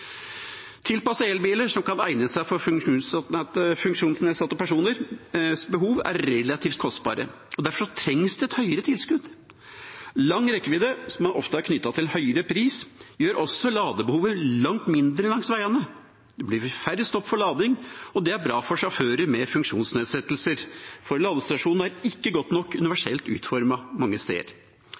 elbiler som kan egne seg for behovene til personer med funksjonsnedsettelse, er relativt kostbare. Derfor trengs det et høyere tilskudd. Lang rekkevidde, som ofte er knyttet til høyere pris, gjør også ladebehovet langt mindre langs veiene. Det blir færre stopp for lading, og det er bra for sjåfører med funksjonsnedsettelse. Ladestasjonene er ikke godt nok universelt utformet mange steder.